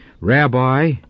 Rabbi